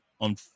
on